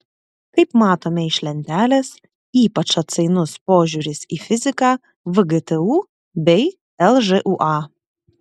kaip matome iš lentelės ypač atsainus požiūris į fiziką vgtu bei lžūa